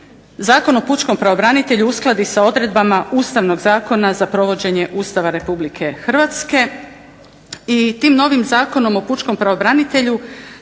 Zakon o pučkom pravobranitelju uskladi sa odredbama Ustavnog zakona za provođenje Ustava Republike Hrvatske. I tim novim Zakonom o pučkom pravobranitelju